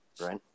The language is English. Right